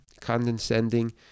condescending